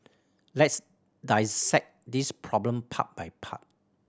let's dissect this problem part by part